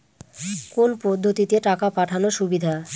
কোন পদ্ধতিতে টাকা পাঠানো সুবিধা?